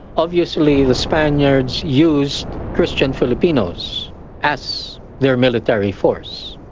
obviously the spaniards used christian filipinos as their military force,